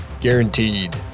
Guaranteed